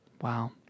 Wow